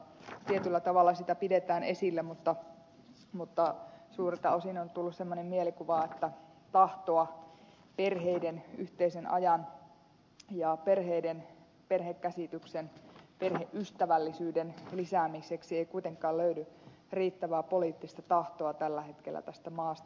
tietyllä tavalla sitä pidetään esillä mutta suurelta osin on tullut semmoinen mielikuva että perheiden yhteisen ajan ja perhekäsityksen perheystävällisyyden lisäämiseksi ei kuitenkaan löydy riittävää poliittista tahtoa tällä hetkellä tästä maasta